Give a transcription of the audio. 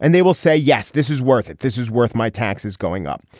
and they will say yes this is worth it this is worth my taxes going up.